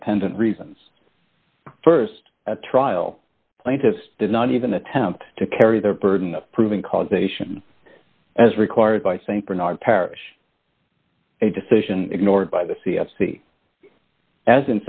independent reasons st at trial plaintiffs did not even attempt to carry the burden of proving causation as required by st bernard parish a decision ignored by the c s c as